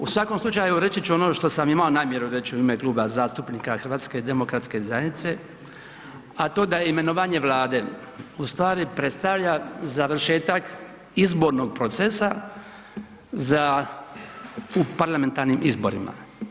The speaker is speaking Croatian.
U svakom slučaju reći ću ono što sam imao namjeru reći u ime Kluba zastupnika HDZ-a, a to da imenovanje Vlade u stvari predstavlja završetak izbornog procesa za u parlamentarnim izborima.